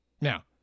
Now